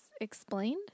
explained